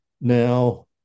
Now